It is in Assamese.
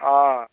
অঁ